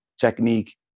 technique